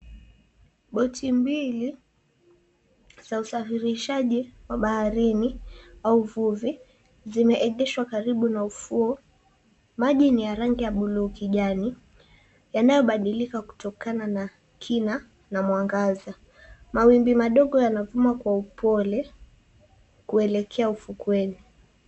Boti mbili, za usafirishaji wa baharini au uvuvi zimeegeshwa karibu na ufuo. Maji ni ya rangi ya buluu kijani, yanayobadilika kutokana na kina na mwangaza. Mawimbi madogo yanavuma kwa upole, kuelekea ufukweni.